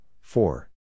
four